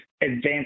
advanced